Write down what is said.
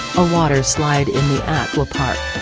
a water slide in the aqua park.